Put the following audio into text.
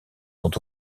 sont